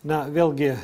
na vėlgi